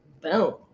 Boom